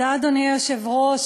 אדוני היושב-ראש,